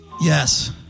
yes